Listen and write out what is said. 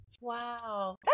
Wow